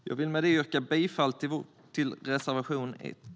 Jag vill med detta yrka bifall till reservation 1.